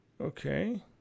Okay